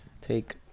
Take